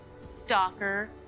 Stalker